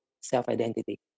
self-identity